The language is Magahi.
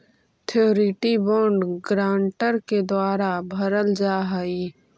श्योरिटी बॉन्ड गारंटर के द्वारा भरल जा हइ